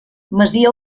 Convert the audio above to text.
masia